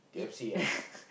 eat